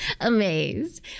amazed